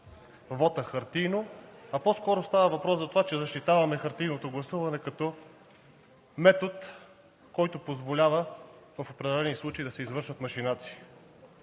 вота хартиено, а по-скоро става въпрос за това, че защитаваме хартиеното гласуване като метод, който позволява в определени случаи да се извършват машинации.